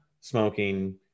smoking